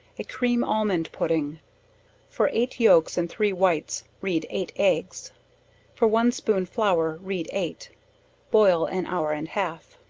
a cream almond pudding for eight yolks and three whites, read eight eggs for one spoon flour, read eight boil an hour and half.